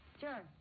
Sure